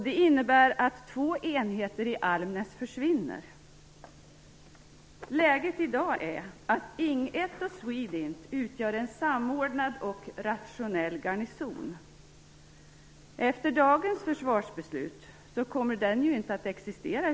Det innebär att två enheter i Almnäs försvinner. Läget i dag är att Ing 1 och SWEDINT utgör en samordnad och rationell garnison. Efter dagens försvarsbeslut kommer den inte att existera.